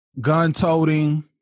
gun-toting